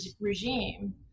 regime